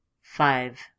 Five